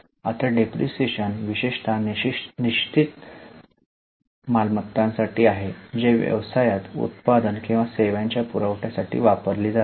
आता डिप्रीशीएशन विशेषत निश्चित मालमत्तांसाठी आहे जी व्यवसायात उत्पादन किंवा सेवांच्या पुरवठ्यासाठी वापरली जाते